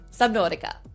Subnautica